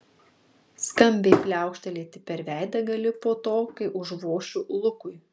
skambiai pliaukštelėti per veidą gali po to kai užvošiu lukui